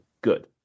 good